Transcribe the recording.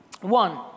One